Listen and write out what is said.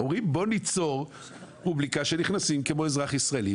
אומרים 'בוא ניצור רובריקה שנכנסים כמו אזרח ישראלי',